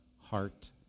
heart